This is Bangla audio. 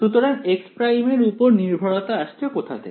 সুতরাং x' এর উপর নির্ভরতা আসছে কোথা থেকে